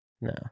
No